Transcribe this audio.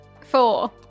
Four